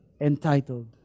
entitled